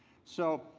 so,